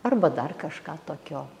arba dar kažką tokio